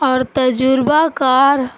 اور تجربہ کار